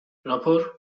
rapor